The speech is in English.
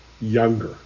younger